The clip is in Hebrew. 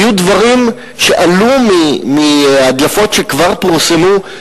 היו דברים שעלו מהדלפות שכבר פורסמו,